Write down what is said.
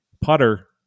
putter